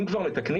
אם כבר מתקנים,